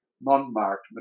non-marked